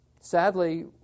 Sadly